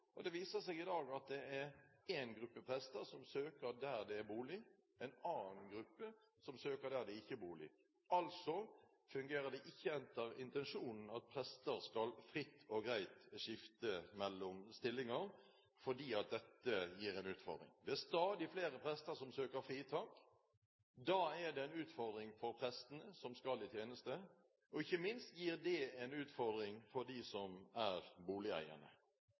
der det er bolig, og en annen gruppe som søker der det ikke er bolig. Det fungerer altså ikke etter intensjonen – at prester fritt og greit skal kunne skifte mellom stillinger. Dette gir en utfordring. Det er stadig flere prester som søker fritak. Det er en utfordring for prestene som skal i tjeneste, og ikke minst er det en utfordring for dem som er